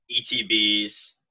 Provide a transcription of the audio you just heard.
ETBs